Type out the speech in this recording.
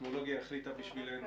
אני